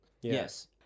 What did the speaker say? Yes